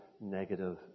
negative